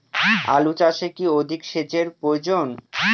আলু চাষে কি অধিক সেচের প্রয়োজন?